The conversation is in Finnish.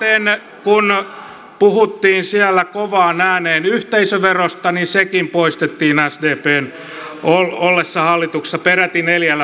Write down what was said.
samaten kun puhuttiin siellä kovaan ääneen yhteisöverosta niin sekin poistettiin sdpn ollessa hallituksessa peräti neljällä